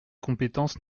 compétence